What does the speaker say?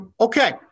Okay